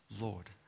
Lord